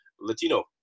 Latino